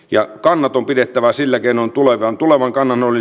ja kannot on pidettävä silläkin on tuloiltaan tulevan kanan oli